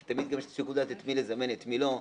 כי תמיד גם יש אפשרות לדעת את מי לזמן ואת מי לא.